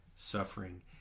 Suffering